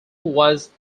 was